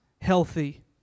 healthy